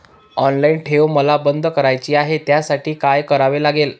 Online ठेव मला बंद करायची आहे, त्यासाठी काय करावे लागेल?